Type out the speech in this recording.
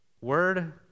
Word